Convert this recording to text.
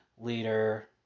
leader